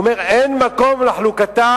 הוא אומר: אין מקום לחלוקתה